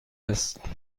است